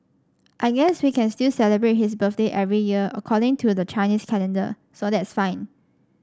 I guess we can still celebrate his birthday every year according to the Chinese calendar so that's fine